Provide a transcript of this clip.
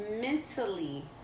mentally